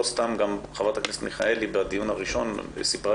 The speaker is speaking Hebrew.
לא סתם חברת הכנסת מיכאלי בדיון הראשון סיפרה